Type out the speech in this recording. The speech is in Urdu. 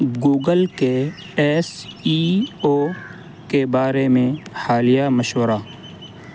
گوگل کے ایس ای او کے بارے میں حالیہ مشورہ